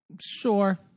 Sure